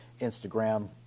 Instagram